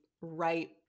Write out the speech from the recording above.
right